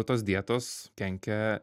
tos dietos kenkia